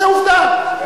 זה עובדה,